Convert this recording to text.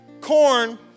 corn